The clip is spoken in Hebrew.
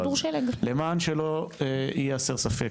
למען הסר ספק,